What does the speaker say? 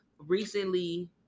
Recently